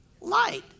Light